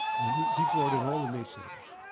and he he brought in all the naysayers.